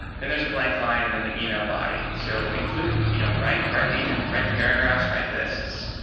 and there's a blank line and then the email body so include you know right write an email right paragraphs right lists.